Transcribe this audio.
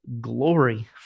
glory